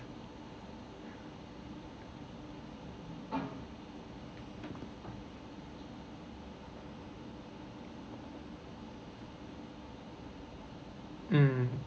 mm